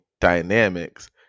dynamics